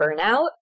Burnout